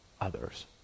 others